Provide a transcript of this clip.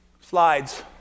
Slides